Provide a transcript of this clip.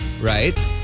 right